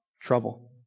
trouble